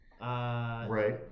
right